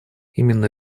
именно